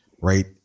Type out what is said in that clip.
Right